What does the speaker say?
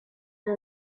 the